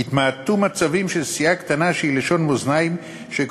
יתמעטו מצבים של סיעה קטנה שהיא לשון מאזניים ואשר